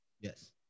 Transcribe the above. yes